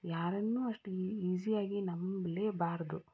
ಯಾರನ್ನೂ ಅಷ್ಟು ಈ ಈಸಿಯಾಗಿ ನಂಬಲೇಬಾರ್ದು